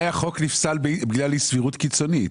בגלל אי סבירות קיצונית.